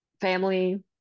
family